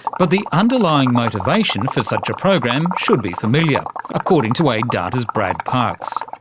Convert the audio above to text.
but the underlying motivation for such a program should be familiar, according to aiddata's brad parks.